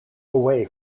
away